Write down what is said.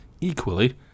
Equally